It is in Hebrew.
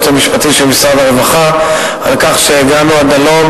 המשפטי של משרד הרווחה על כך שהגענו עד הלום.